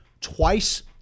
twice